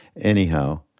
Anyhow